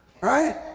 right